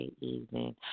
evening